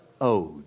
owed